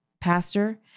pastor